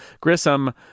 Grissom